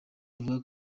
avuga